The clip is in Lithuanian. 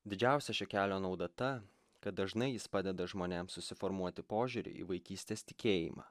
didžiausia šio kelio nauda ta kad dažnai jis padeda žmonėms susiformuoti požiūrį į vaikystės tikėjimą